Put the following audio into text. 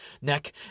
neck